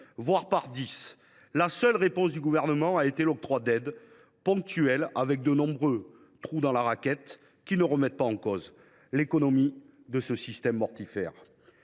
voire par dix, la seule réponse du Gouvernement a été l’octroi d’aides ponctuelles, avec de nombreux trous dans la raquette, qui ne remettent pas en cause l’économie de ce système mortifère.